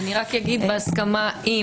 אומר, בהסכמה עם